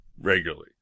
regularly